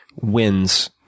wins